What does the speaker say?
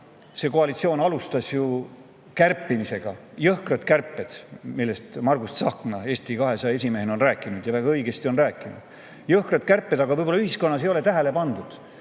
see koalitsioon alustas ju kärpimisega. Jõhkrad kärped, millest Margus Tsahkna Eesti 200 esimehena on rääkinud, ja väga õigesti on rääkinud. Jõhkrad kärped, aga võib-olla ühiskonnas ei ole neid tähele pandud.